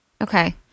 okay